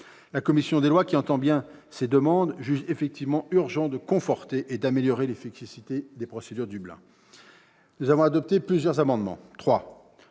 La commission des lois, qui entend bien ces demandes, juge effectivement urgent de conforter et d'améliorer l'efficacité des procédures Dublin. Elle a ainsi adopté trois amendements.